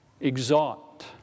Exalt